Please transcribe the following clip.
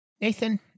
Nathan